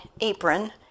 apron